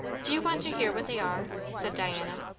do you want to hear what they are? said diana.